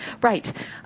Right